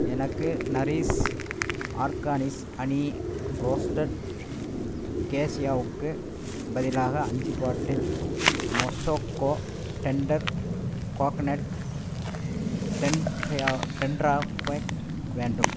எனக்கு nourish organics honey roasted கேஷ்யூவுக்கு பதிலாக அஞ்சு பாட்டில் மொசோக்கோ டென்டர் கோக்னெட் டெண்ட்ரயா டெண்ட்ரா பேக் வேண்டும்